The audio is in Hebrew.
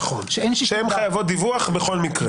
נכון, שהן חייבות דיווח בכל מקרה.